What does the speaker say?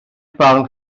barn